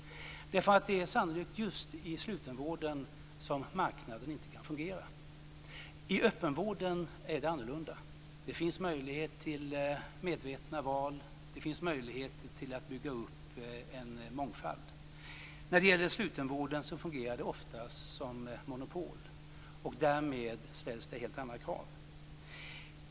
Det är sannolikt just i slutenvården som marknaden inte kan fungera. I öppenvården är det annorlunda. Det finns möjlighet till medvetna val. Det finns möjlighet att bygga upp en mångfald. När det gäller slutenvården fungerar det oftast som monopol, och därmed ställs det helt andra krav.